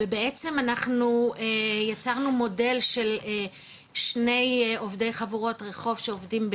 ובעצם אנחנו יצרנו מודל של שני עובדי חבורות רחוב שעובדים,